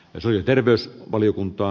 isojen terveys valiokunta